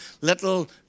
little